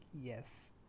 yes